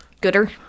gooder